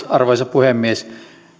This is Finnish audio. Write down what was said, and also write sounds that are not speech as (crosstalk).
(unintelligible) arvoisa puhemies